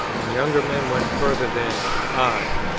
and younger men went further than i,